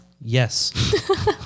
yes